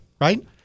right